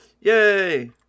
Yay